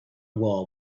wall